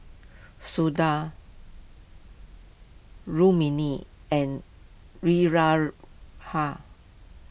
Sundar Rukmini and